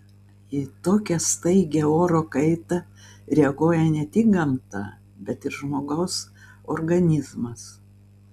į tokią staigią oro kaitą reaguoja ne tik gamta bet ir žmogaus organizmas